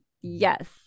yes